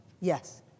Yes